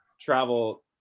travel